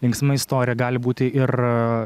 linksma istorija gali būti ir